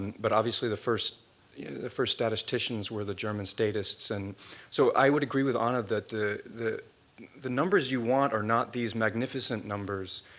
but obviously, the first the first statisticians were the german statists. and so i would agree with anna that the the numbers you want are not these magnificent numbers.